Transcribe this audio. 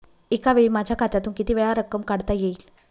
एकावेळी माझ्या खात्यातून कितीवेळा रक्कम काढता येईल?